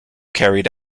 carried